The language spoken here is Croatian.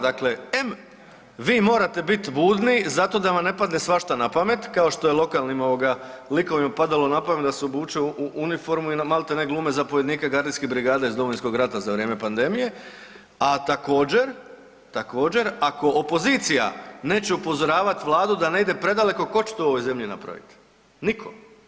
Dakle, em vi morate biti budni zato da vam ne padne svašta napamet kao što je lokalnim ovoga likovima padalo napamet da se obuče u uniformu i maltene glume zapovjednika gardijske brigade iz Domovinskog rata za vrijeme pandemije, a također ako opozicija neće upozoravat Vladu da ne ide predaleko, tko će to u ovoj zemlji napraviti, nitko.